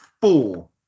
four